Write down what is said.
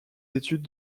études